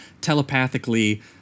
telepathically